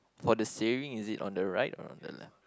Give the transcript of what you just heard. for the saving is it on the right or on the left